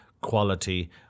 quality